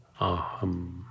aham